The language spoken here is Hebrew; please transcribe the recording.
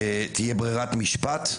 שתהיה ברירת משפט,